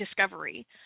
discovery